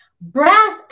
Brass